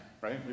right